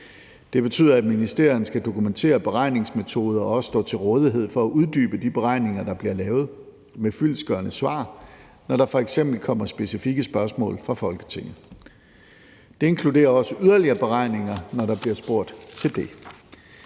Det betyder, at ministerierne skal dokumentere beregningsmetoder og også stå til rådighed for at uddybe de beregninger, der bliver lavet, med fyldestgørende svar, når der f.eks. kommer specifikke spørgsmål fra Folketinget. Det inkluderer også yderligere beregninger, når der bliver spurgt til det.